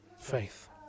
faith